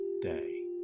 day